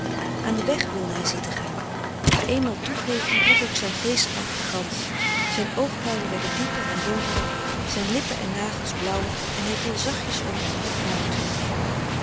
aan den weg wilde hij zitten gaan maar eenmaal toegevend brak ook zijn geestkracht gansch zijn oogkuilen werden dieper en donkerder zijn lippen en nagels blauwig en hij viel zachtjens om in flauwte